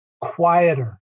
quieter